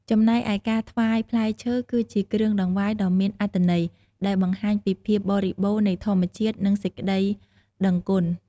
ចំណែកឯការថ្វាយ ផ្លែឈើ គឺជាគ្រឿងតង្វាយដ៏មានអត្ថន័យដែលបង្ហាញពីភាពបរិបូរណ៍នៃធម្មជាតិ និងសេចក្តីដឹងគុណ។